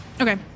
Okay